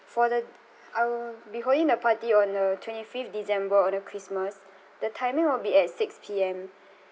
for the I will be holding the party on the twenty fifth december on the christmas the timing will be at six P_M